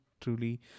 truly